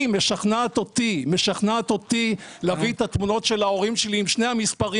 היא משכנעת אותי להביא את התמונות של ההורים שלי עם שני המספרים